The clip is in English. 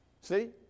See